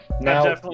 Now